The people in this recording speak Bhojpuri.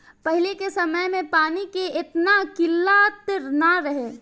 पहिले के समय में पानी के एतना किल्लत ना रहे